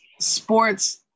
sports